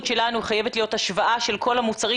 שלנו חייבת להיות השוואה של כל המוצרים.